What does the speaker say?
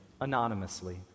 anonymously